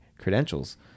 credentials